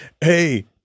hey